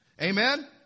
Amen